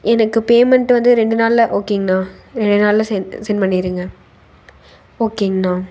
எனக்கு பேமெண்ட் வந்து ரெண்டு நாளில் ஓகேங்கண்ணா ரெண்டு நாளில் செண்ட் செண்ட் பண்ணிடுங்க ஓகேங்கண்ணா